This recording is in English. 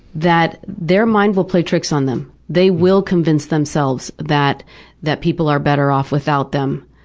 that their mind will play tricks on them. they will convince themselves that that people are better off without them.